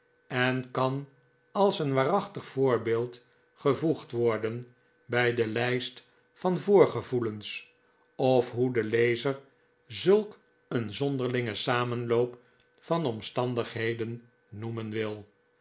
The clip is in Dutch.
en kan als een waarachtig voorbeeld gevoegd worden bij de lijst van voorgevoelens of hoe de lezer zulk een zonderlingen samenloop van omstandigheden noemen wil